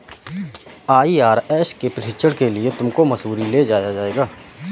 IRS के प्रशिक्षण के लिए तुमको मसूरी ले जाया जाएगा